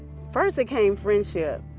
first, it came friendship.